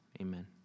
Amen